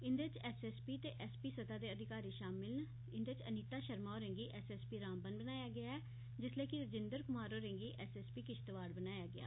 इंदे च S S P ते एस पी सतह दे अधिकारी शामल न इन्दे च अनीता शर्मा होरें गी एस एस पी रामबन बनाया गेआ ऐ जिसलै कि रजिन्द कुमार होरें गी एस एस पी किश्तवाड़ बनाया गेआ